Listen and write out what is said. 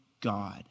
God